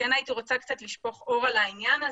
הייתי רוצה לשפוך אור על העניין,